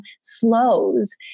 slows